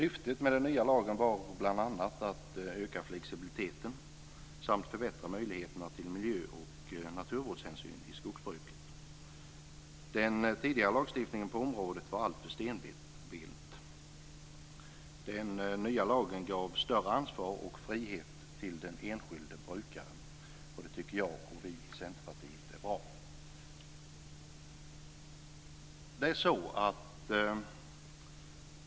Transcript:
Syftet med den nya lagen var bl.a. att öka flexibiliteten samt förbättra möjligheterna till miljö och naturvårdshänsyn i skogsbruket. Den tidigare lagstiftningen på området var alltför stelbent. Den nya lagen gav större ansvar och frihet till den enskilde brukaren, och det tycker vi i Centerpartiet är bra.